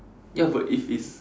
ya but if it's